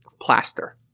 plaster